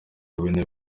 bintu